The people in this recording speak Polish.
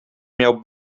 miał